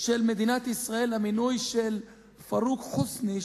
של מדינת ישראל למינוי של פארוק חוסני,